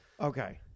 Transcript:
Okay